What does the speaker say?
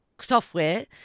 software